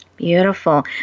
Beautiful